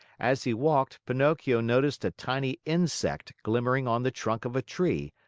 as he walked, pinocchio noticed a tiny insect glimmering on the trunk of a tree,